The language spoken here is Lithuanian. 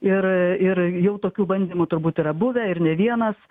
ir ir jau tokių bandymų turbūt yra buvę ir ne vienas